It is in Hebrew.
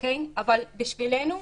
אבל בשבילנו,